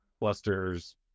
clusters